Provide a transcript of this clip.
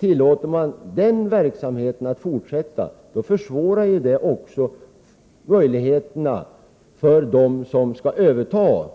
Tillåts det här att fortsätta, kommer det att försvåra möjligheterna för dem som skall överta